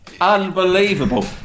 Unbelievable